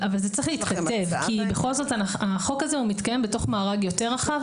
זה צריך להתכתב כי בכל זאת החוק הזה הוא מתקיים בתוך מארג יותר רחב.